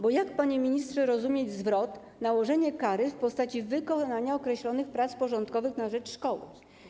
Bo jak, panie ministrze, rozumieć zwrot ˝nałożenie kary w postaci wykonania określonych prac porządkowych na rzecz szkoły˝